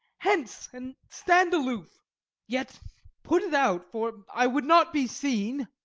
hence, and stand aloof yet put it out, for i would not be seen.